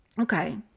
Okay